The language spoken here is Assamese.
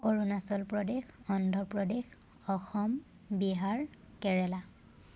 অৰুণাচল প্ৰদেশ অন্ধ্ৰপ্ৰদেশ অসম বিহাৰ কেৰেলা